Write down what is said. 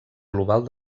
global